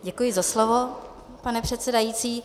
Děkuji za slovo, pane předsedající.